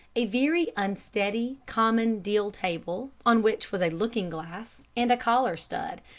a very unsteady, common deal table, on which was a looking-glass and a collar stud,